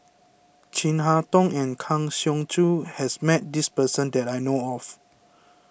Chin Harn Tong and Kang Siong Joo has met this person that I know of